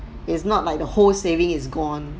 is not like the whole saving is gone